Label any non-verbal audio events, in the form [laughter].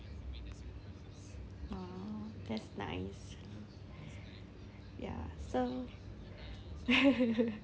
ah that's nice ya so [laughs]